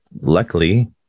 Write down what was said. Luckily